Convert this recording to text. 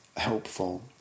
Helpful